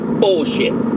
bullshit